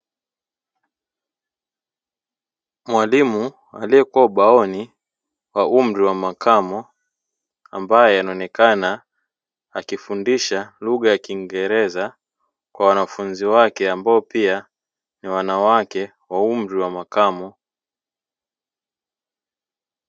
Mwalimu wa umri wa makamo ambaye anaonekana akifundisha lugha ya Kiingereza kwa wanafunzi wake, ambao pia ni wanawake wa umri wa makamo.